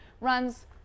runs